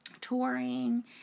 touring